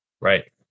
right